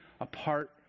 apart